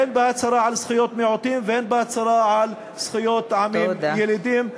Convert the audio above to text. הן בהצהרה על זכויות מיעוטים והן בהצהרה על זכויות עמים ילידים.